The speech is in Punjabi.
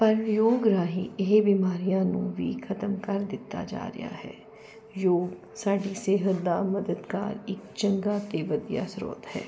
ਪਰ ਯੋਗ ਰਾਹੀਂ ਇਹ ਬਿਮਾਰੀਆਂ ਨੂੰ ਵੀ ਖ਼ਤਮ ਕਰ ਦਿੱਤਾ ਜਾ ਰਿਹਾ ਹੈ ਯੋਗ ਸਾਡੀ ਸਿਹਤ ਦਾ ਮਦਦਗਾਰ ਇਕ ਚੰਗਾ ਅਤੇ ਵਧੀਆ ਸਰੋਤ ਹੈ